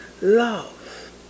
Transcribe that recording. love